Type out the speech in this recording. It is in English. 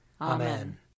Amen